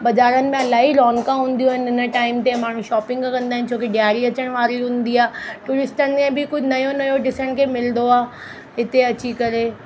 बाज़ारनि में इलाही रौनका हूंदियूं आहिनि हिन टाइम ते माण्हू शॉपिंग कंदा आहिनि छोकी ॾियारी अचण वारी हूंदी आहे टूरिस्टनि में बि कुझु नयो नयो ॾिसण खे मिलंदो आहे हिते अची करे